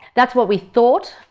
that's what we thought.